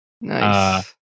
nice